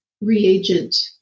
reagent